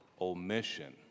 omission